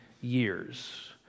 years